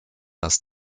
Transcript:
das